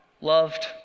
loved